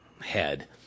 head